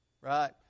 Right